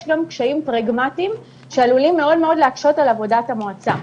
יש גם קשיים פרגמטיים שעלולים מאוד להקשות על עבודת המועצה.